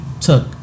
took